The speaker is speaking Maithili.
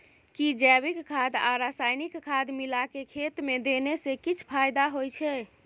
कि जैविक खाद आ रसायनिक खाद मिलाके खेत मे देने से किछ फायदा होय छै?